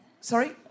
sorry